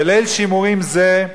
בליל שימורים זה,